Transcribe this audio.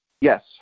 Yes